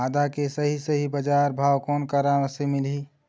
आदा के सही सही बजार भाव कोन करा से मिलही?